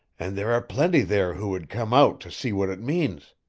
and there are plenty there who would come out to see what it means.